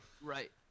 Right